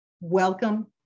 Welcome